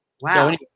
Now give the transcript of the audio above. Wow